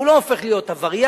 הוא לא הופך להיות עבריין.